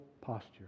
posture